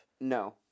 no